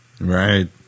Right